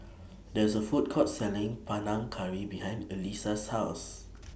There IS A Food Court Selling Panang Curry behind Elissa's House